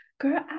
girl